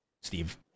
Steve